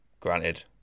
Granted